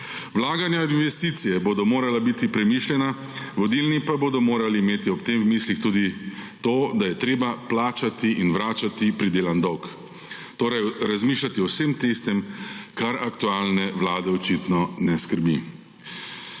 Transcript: Vlaganja v investicije bodo morala biti premišljena, vodilni pa bodo morali imeti ob tem v mislih tudi to, da je treba plačati in vračati pridelan dolg, torej razmišljati o vsem tistem, kar aktualne vlade očitno ne skrbi.